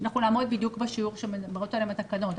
נעמוד בדיוק בשיעור שמדברות עליהן התקנות.